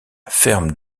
ferme